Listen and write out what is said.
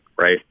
right